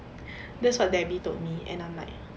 that's what debbie told me and I'm like